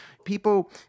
People